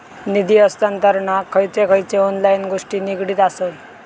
निधी हस्तांतरणाक खयचे खयचे ऑनलाइन गोष्टी निगडीत आसत?